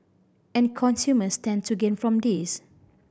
and consumers stand to gain from this